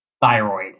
Thyroid